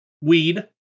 Weed